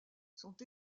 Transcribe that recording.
sont